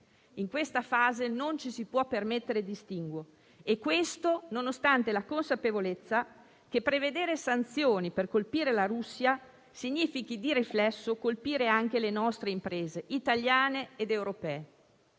In questa fase non ci si può permettere distinguo, nonostante la consapevolezza che prevedere sanzioni per colpire la Russia significhi, di riflesso, colpire anche le nostre imprese, italiane ed europee.